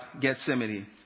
Gethsemane